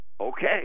Okay